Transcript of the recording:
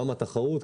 למה תחרות?